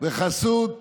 בחסות